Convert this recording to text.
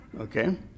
Okay